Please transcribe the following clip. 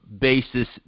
basis